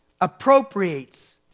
appropriates